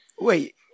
Wait